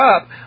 up